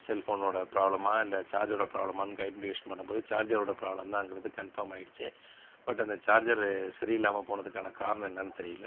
செல்ஃபோனோடய ப்ராப்ளமா இல்லை சார்ஜோடய ப்ராப்ளமான்னு ஐடெண்டிஃபிகேஷன் பண்ணும்போது சார்ஜரோடய ப்ராப்ளம்தாங்கிறது கன்ஃபார்ம் ஆகிடுச்சு பட் அந்த சார்ஜரு சரியில்லாம போனதுக்கான காரணம் என்னென்னு தெரியலை